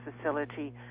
facility